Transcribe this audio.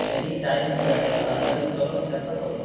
any time dear তাড়াতাড়ি চলো দেখা করো